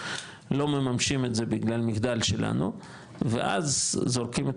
לא ממשים את זה בגלל מחדל שלנו ואז זורקים את